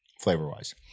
flavor-wise